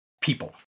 people